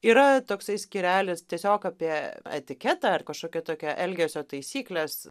yra toksai skyrelis tiesiog apie etiketą ar kažkokio tokio elgesio taisykles